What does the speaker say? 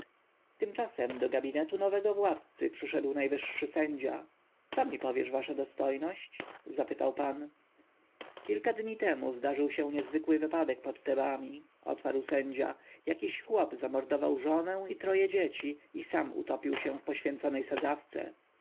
tymczasem do gabinetu nowego władcy przyszedł najwyższy sędzia co mi powiesz wasza dostojność zapytał pan kilka dni temu zdarzył się niezwykły wypadek pod tebami odparł sędzia jakiś chłop zamordował żonę i troje dzieci i sam utopił się w poświęconej sadzawce